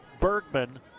Bergman